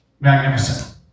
magnificent